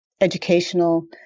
educational